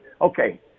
Okay